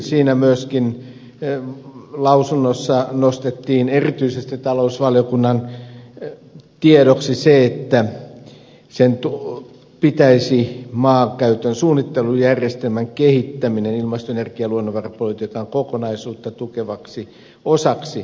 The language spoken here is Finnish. siinä lausunnossa myöskin nostettiin erityisesti talousvaliokunnan tiedoksi se että sen pitäisi käynnistää mahdollisimman pian maankäytön suunnittelujärjestelmän kehittäminen ilmasto energia ja luonnonvarapolitiikan kokonaisuutta tukevaksi osaksi